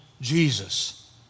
Jesus